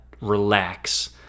relax